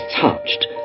touched